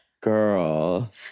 Girl